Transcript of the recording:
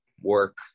work